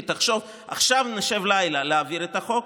כי תחשוב: עכשיו נשב לילה להעביר את החוק,